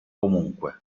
comunque